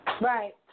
Right